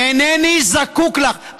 אינני זקוק לך.